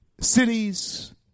cities